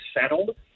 settled